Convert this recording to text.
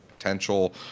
potential